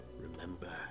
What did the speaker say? Remember